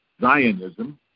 Zionism